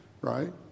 right